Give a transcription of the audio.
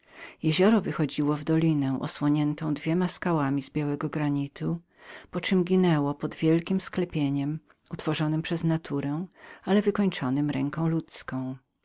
jezioro wchodziło w dolinę osłonioną dwoma skałami z białego granitu po czem ginęło pod wielkiem sklepieniem utworzonem przez naturę ale ręką ludzką